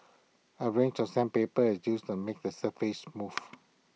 A range of sandpaper is used to make A surface smooth